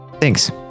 Thanks